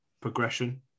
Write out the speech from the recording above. progression